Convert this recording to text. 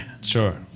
Sure